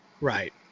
Right